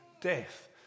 death